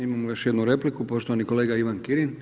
Imamo još jednu repliku poštovani kolega Ivan Kirin.